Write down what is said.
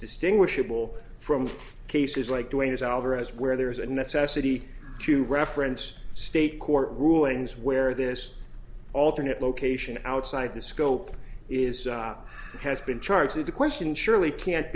distinguishable from cases like doing is alvarez where there is a necessity to reference state court rulings where this alternate location outside the scope is has been charged and the question surely can't